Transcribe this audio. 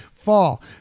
Fall